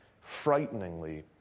frighteningly